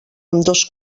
ambdós